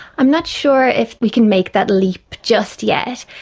i'm not sure if we can make that leap just yet,